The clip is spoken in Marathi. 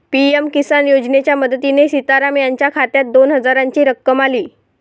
पी.एम किसान योजनेच्या मदतीने सीताराम यांच्या खात्यात दोन हजारांची रक्कम आली